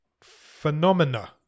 Phenomena